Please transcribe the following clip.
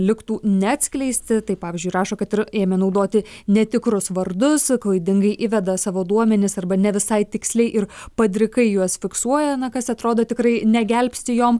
liktų neatskleisti tai pavyzdžiui rašo kad ir ėmė naudoti netikrus vardus klaidingai įveda savo duomenis arba ne visai tiksliai ir padrikai juos fiksuoja na kas atrodo tikrai negelbsti jom